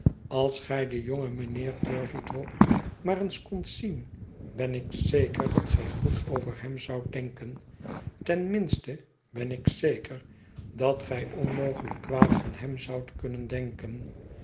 als gij den jongen mijnheer turveydrop maar eens kondt zien ben ik zeker dat gij goed over hem zoudt denken ten minste ben ik zeker dat gij onmogelijk kwaad van hem zoudt kunnen denken